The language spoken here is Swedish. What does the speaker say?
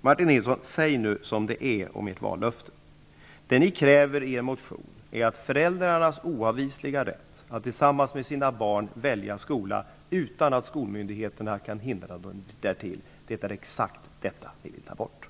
Martin Nilsson! Säg nu som det är om ert vallöfte! Det ni kräver i er motion är att föräldrarnas oavvisliga rätt att tillsammans med sina barn välja skola utan att skolmyndigheterna kan hindra dem därtill är exakt vad ni vill ta bort.